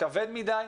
כבד מדי,